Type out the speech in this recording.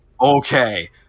okay